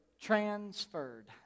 Transferred